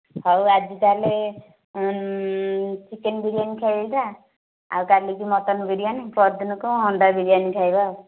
ହୋଉ ଆଜି ତା'ହେଲେ ଚିକେନ୍ ବିରିୟାନୀ ଖାଇଥା ଆଉ କାଲିକୁ ମଟନ୍ ବିରିୟାନୀ ପହରଦିନକୁ ଅଣ୍ଡା ବିରିୟାନୀ ଖାଇବା ଆଉ